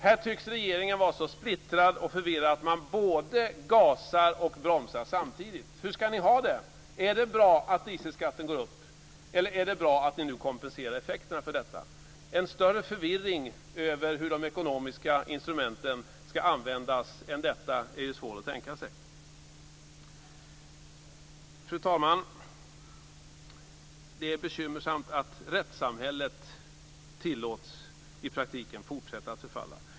Här tycks regeringen vara splittrad och förvirrad; man både gasar och bromsar samtidigt. Hur ska ni ha det? Är det bra att dieselskatten går upp, eller är det bra att ni nu kompenserar effekterna för detta? En större förvirring över hur de ekonomiska instrumenten ska användas än detta är svår att tänka sig. Fru talman! Det är bekymmersamt att rättssamhället tillåts i praktiken fortsätta att förfalla.